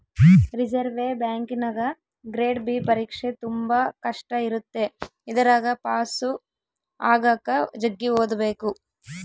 reserve ಬ್ಯಾಂಕಿನಗ grade B ಪರೀಕ್ಷೆ ತುಂಬಾ ಕಷ್ಟ ಇರುತ್ತೆ ಇದರಗ ಪಾಸು ಆಗಕ ಜಗ್ಗಿ ಓದಬೇಕು